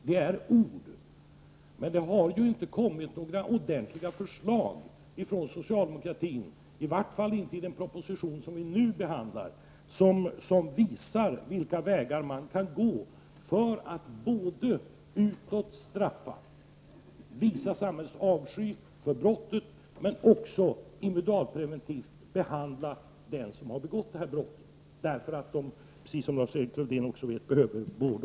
Det är bara ord, men det har inte kommit några ordentliga förslag från socialdemokratin, i varje fall inte i den proposition som vi nu behandlar, som visar vilka vägar man skall gå för att både utåt straffa och visa samhällets avsky för brottet och individualpreventivt behandla den som har begått brottet. Sådana personer behöver vård, precis som Lars-Erik Lövdén säger.